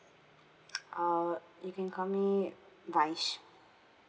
uh you can call me vaij